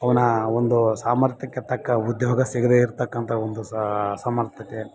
ಅವನ ಒಂದು ಸಾಮರ್ಥ್ಯಕ್ಕೆ ತಕ್ಕ ಉದ್ಯೋಗ ಸಿಗದೆ ಇರ್ತಕ್ಕಂಥ ಒಂದು ಸಹ ಸಮರ್ಥತೆ